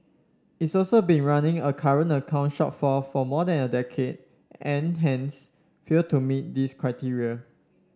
it's also been running a current account shortfall for more than a decade and hence fail to meet this criteria